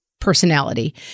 personality